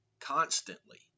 constantly